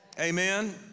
amen